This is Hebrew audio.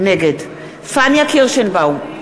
נגד פניה קירשנבאום,